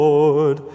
Lord